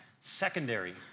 secondary